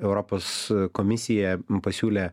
europos komisija pasiūlė